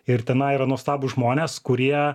ir tenai yra nuostabūs žmonės kurie